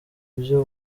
byo